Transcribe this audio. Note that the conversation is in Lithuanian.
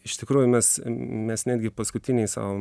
iš tikrųjų mes mes netgi paskutiniais savo